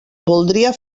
voldria